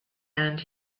and